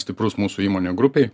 stiprus mūsų įmonių grupėj